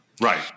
Right